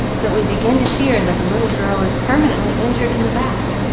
but we begin to fear that the little girl is permanently injured in the back.